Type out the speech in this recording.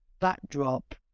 backdrop